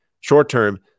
Short-term